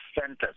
centers